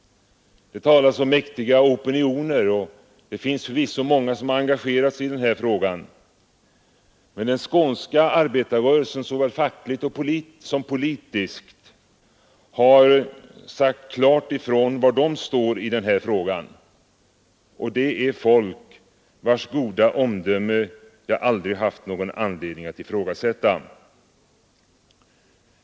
Det talas om mäktiga opinioner, och det finns förvisso många som engagerat sig i den här frågan. Men den skånska arbetarrörelsen — såväl den fackliga som den politiska — har klart sagt ifrån var den står i den här frågan. Det är folk, vars omdöme jag aldrig haft någon anledning att ifrågasätta.